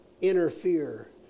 interfere